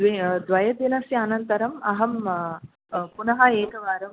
द्वि द्विदिनस्य अनन्तरम् अहं पुनः एकवारं